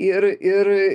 ir ir